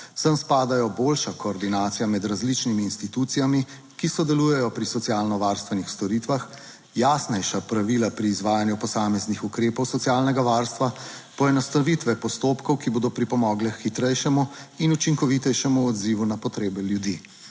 Sem spadajo boljša koordinacija med različnimi institucijami, ki sodelujejo pri socialno varstvenih storitvah, jasnejša pravila pri izvajanju posameznih ukrepov socialnega varstva, poenostavitve postopkov, ki bodo pripomogli k hitrejšemu in učinkovitejšemu odzivu na potrebe ljudi.